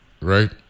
right